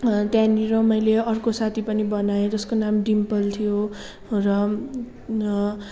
त्यहाँनिर मैले अर्को साथी पनि बनाएँ जसको नाम डिम्पल थियो र